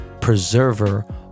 Preserver